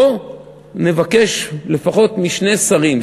בואו נבקש לפחות משני שרים,